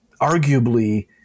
arguably